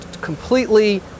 completely